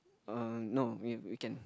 ah no we we can